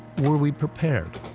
were we prepared?